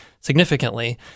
significantly